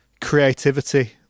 creativity